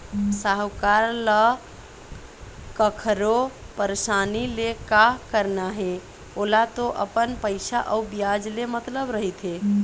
साहूकार ल कखरो परसानी ले का करना हे ओला तो अपन पइसा अउ बियाज ले मतलब रहिथे